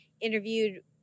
interviewed